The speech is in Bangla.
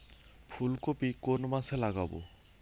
ফুলকপি কোন মাসে লাগাবো?